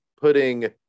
putting